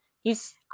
He's-